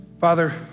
Father